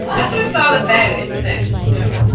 um that's what its all about isn't it?